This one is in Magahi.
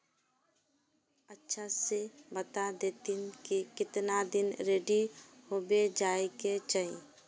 अच्छा से बता देतहिन की कीतना दिन रेडी होबे जाय के चही?